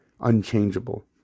unchangeable